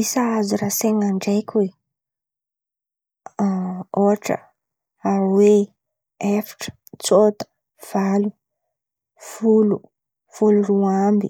Isa azo rasain̈a ndraiky zen̈y aroe, efatra, tsôta, valo, folo, folo roa amby,